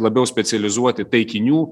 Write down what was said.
labiau specializuoti taikinių